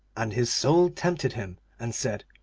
and his soul tempted him and said,